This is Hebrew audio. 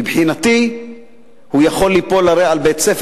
מבחינתי הוא הרי יכול חס וחלילה ליפול על בית-ספר